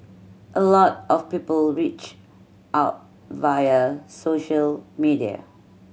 a lot of people reach out via social media